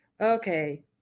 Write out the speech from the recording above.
Okay